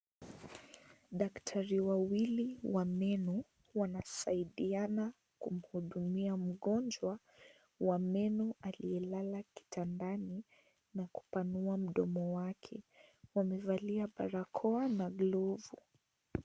Daktari wawili wa meno, wanasaidiana kumhudumia mgonjwa wa meno aliyelala kitandani na kupanua mdomo wake. Wamevalia barakoa na glovu.